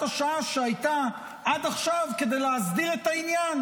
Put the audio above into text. השעה שהייתה עד עכשיו כדי להסדיר את העניין?